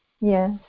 Yes